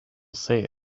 say